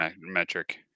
metric